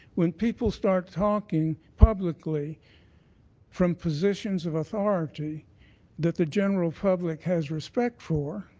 when people start talking publicly from positions of authority that the general public has respect for,